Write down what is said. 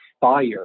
fire